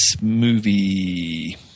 movie –